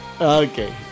Okay